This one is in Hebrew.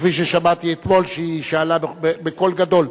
כפי ששמעתי אתמול שהיא שאלה בקול גדול.